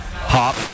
Hop